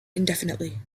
indefinitely